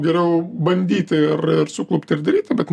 geriau bandyti ir ir suklupti ir daryti bet